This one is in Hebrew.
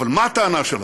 אבל מה הטענה שלכם?